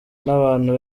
n’abantu